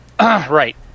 Right